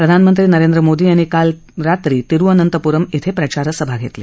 प्रधानमंत्री नरेंद्र मोदी यांनी काल रात्री तिरुअनंतपुरम क्रे प्रचारसभा घेतली